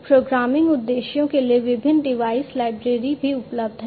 तो प्रोग्रामिंग उद्देश्य के लिए विभिन्न डिवाइस लाइब्रेरी भी उपलब्ध हैं